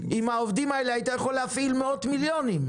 עם העובדים האלה היית יכול להפעיל מאות מיליונים,